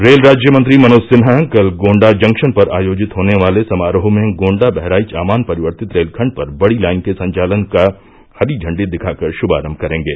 rail राज्यमंत्री मनोज सिन्हा कल Gonda junction पर आयोजित होने वाले समारोह में गोण्डा बहराइच आमान परिवर्तित रेल खण्ड पर बड़ी लाइन के संचालन का हरी झप्डा दिखाकर शुमारम्म करेंगे